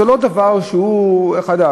זה לא דבר שהוא חדש.